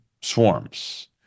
swarms